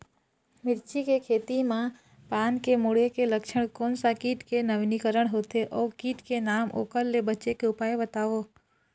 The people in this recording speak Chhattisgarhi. मिर्ची के खेती मा पान के मुड़े के लक्षण कोन सा कीट के नवीनीकरण होथे ओ कीट के नाम ओकर ले बचे के उपाय बताओ?